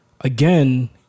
again